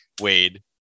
Wade